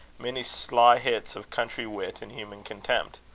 many sly hits of country wit and human contempt.